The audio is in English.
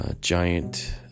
giant